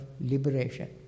liberation